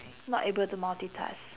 not able to multitask